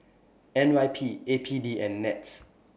N Y P A P D and Nets